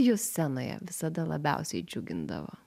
jus scenoje visada labiausiai džiugindavo